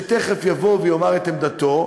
שתכף יבוא ויאמר את עמדתו,